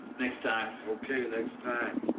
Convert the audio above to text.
next time. okay, next time.